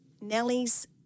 Nellie's